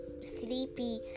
sleepy